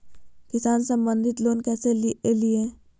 किसान संबंधित लोन कैसै लिये?